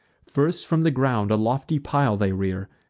first, from the ground a lofty pile they rear,